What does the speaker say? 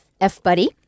F-buddy